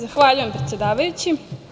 Zahvaljujem, predsedavajući.